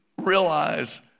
realize